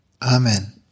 Amen